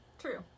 true